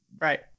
right